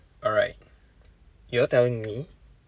alright you're telling me